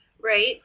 Right